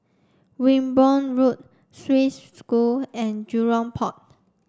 Wimborne Road Swiss School and Jurong Port